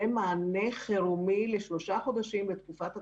זה מענה חירומי לשלושה חודשים בתקופת הקורונה.